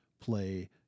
play